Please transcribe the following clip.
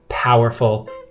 Powerful